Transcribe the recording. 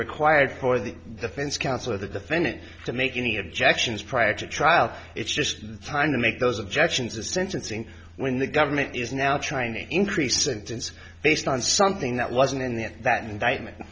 required for the defense counsel or the defendant to make any objections prior to trial it's just trying to make those objections a sentencing when the government is now trying to increase and it's based on something that wasn't in the that indictment